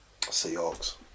Seahawks